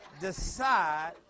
decide